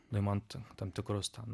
nuimant tam tikrus ten